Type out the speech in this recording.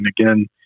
again